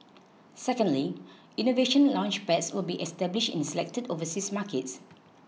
secondly Innovation Launchpads will be established in selected overseas markets